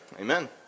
Amen